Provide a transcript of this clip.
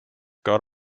got